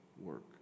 work